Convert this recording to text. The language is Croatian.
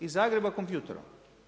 Iz Zagreba kompjuterom.